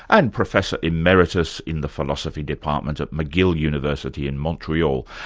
and professor emeritus in the philosophy department at mcgill university in montreal,